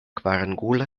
kvarangula